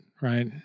right